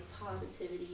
positivity